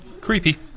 Creepy